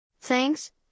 Thanks